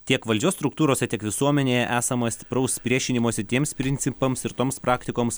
tiek valdžios struktūrose tiek visuomenėje esama stipraus priešinimosi tiems principams ir toms praktikoms